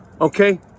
okay